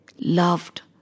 loved